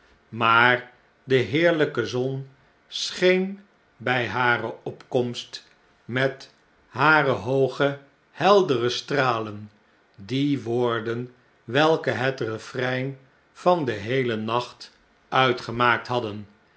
maar de heerlh'ke zon scheen bij hare opkomst met hare hooge heldere stralen die woorden welke het refrein van den heelen nacht uitgemaakt hadden